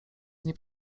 nie